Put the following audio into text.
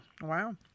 wow